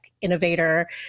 innovator